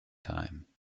time